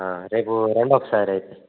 రేపు రండి ఒకసారైతే